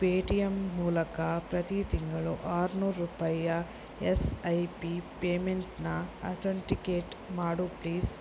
Paytm ಮೂಲಕ ಪ್ರತಿ ತಿಂಗಳು ಆರ್ನೂರು ರೂಪಾಯಿಯ ಎಸ್ ಐ ಪಿ ಪೇಮೆಂಟನ್ನು ಅಥೆಂಟಿಕೇಟ್ ಮಾಡು ಪ್ಲೀಸ್